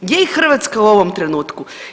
Gdje je Hrvatska u ovom trenutku?